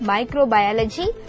Microbiology